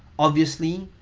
obviously,